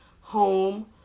home